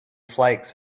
flakes